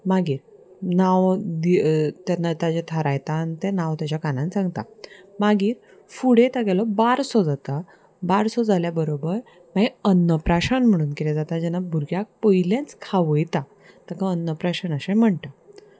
मागीर नांव तेन्ना ताजें थारायता आनी तें नांव ताच्या कानान सांगता मागीर फुडें तागेलो बारसो जाता बारसो जाल्या बरोबर मागीर अन्नप्राशन म्हणून कितें जाता जेन्ना भुरग्याक पयलेंच खावयता ताका अन्नप्राशन अशें म्हणटा